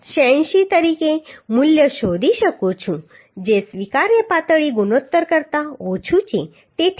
86 તરીકે મૂલ્ય શોધી શકું છું જે સ્વીકાર્ય પાતળી ગુણોત્તર કરતાં ઓછું છે તેથી આ ઠીક છે